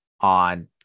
on